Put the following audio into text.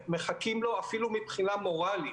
שמחכים אפילו מבחינה מורלית,